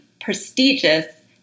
prestigious